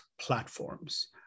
platforms